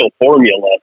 formula